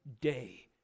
day